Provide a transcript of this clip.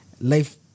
Life